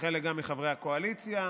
וגם חלק מחברי הקואליציה.